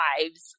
lives